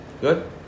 Good